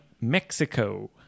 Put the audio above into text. Mexico